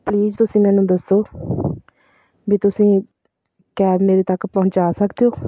please ਤੁਸੀਂ ਮੈਨੂੰ ਦੱਸੋ ਵੀ ਤੁਸੀਂ ਕੈਬ ਮੇਰੇ ਤੱਕ ਪਹੁੰਚਾ ਸਕਦੇ ਹੋ